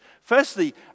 Firstly